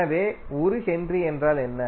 எனவே 1 ஹென்றி என்றால் என்ன